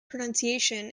pronunciation